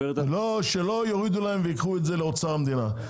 שלא יורידו להם וייקחו את זה לאוצר המדינה.